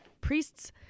priests